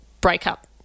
breakup